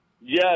yes